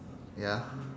ya